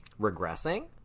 regressing